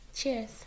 Cheers